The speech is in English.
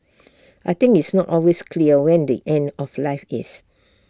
I think it's not always clear when the end of life is